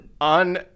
on